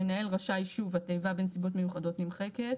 המנהל רשאי", שוב, התיבה בנסיבות מיוחדות נמחקת.